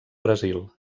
brasil